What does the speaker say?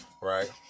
Right